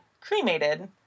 cremated